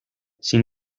sin